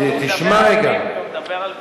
תשמע רגע, הוא מדבר על ביבי.